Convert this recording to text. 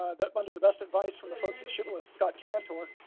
that under the best advice from the folks at shibboleth, scott cantor,